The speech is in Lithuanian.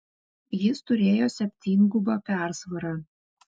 jis turėjo septyngubą persvarą